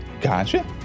Gotcha